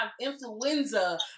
influenza